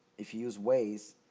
if you use waze,